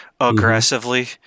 aggressively